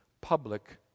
public